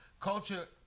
culture